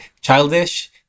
childish